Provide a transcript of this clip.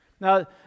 Now